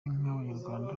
nk’abanyarwanda